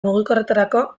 mugikorretarako